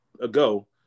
ago